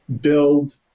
build